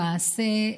למעשה,